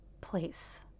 place